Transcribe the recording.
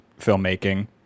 filmmaking